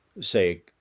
say